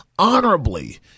Honorably